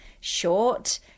short